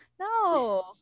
no